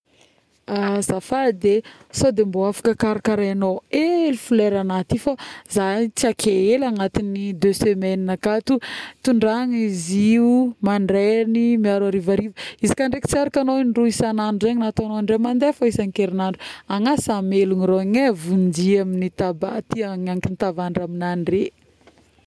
azafady e sôdy afaka karakaraignao hely folera-na ity fô, zahay tsy ake hely agnaty ny deux semaines akato, tondrahagna izy io mandraigny miaro arivariva, izy ka tsy araka agnao in-droa isan'andro na ataognao indray mandeha fôgna isan-kerignandro, agnasa amelogna rogny e, vonjeo amin'ny taba ty a miandry mitavandra aminan-dre